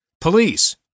Police